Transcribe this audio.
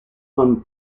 from